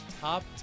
top